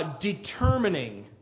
determining